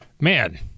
man